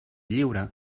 lliure